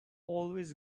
always